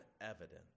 evidence